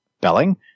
belling